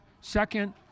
Second